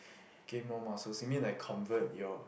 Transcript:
gain more muscles you mean like convert your